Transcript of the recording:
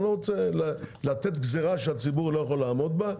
אני לא רוצה לתת גזירה שהציבור לא יכול לעמוד בה.